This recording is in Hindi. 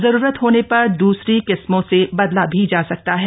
जरूरत होने पर दूसरी किस्मों से बदला भी जा सकता है